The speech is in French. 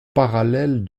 parallèle